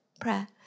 prayer